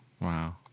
Wow